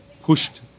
pushed